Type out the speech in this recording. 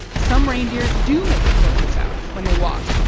some reindeer do make a clicking sound when they walk,